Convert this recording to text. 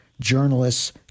journalists